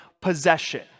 possession